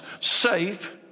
safe